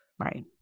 Right